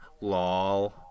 lol